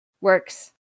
works